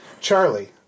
Charlie